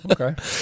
Okay